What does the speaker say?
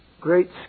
great